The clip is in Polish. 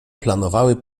planowały